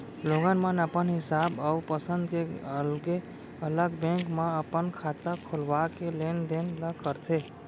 लोगन मन अपन हिसाब अउ पंसद के अलगे अलग बेंक म अपन खाता खोलवा के लेन देन ल करथे